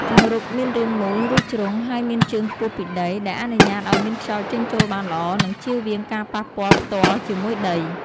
ជង្រុកមានរាងមូល ឬជ្រុង ហើយមានជើងខ្ពស់ពីដី ដែលអនុញ្ញាតឲ្យមានខ្យល់ចេញចូលបានល្អ និងជៀសវាងការប៉ះពាល់ផ្ទាល់ជាមួយដី។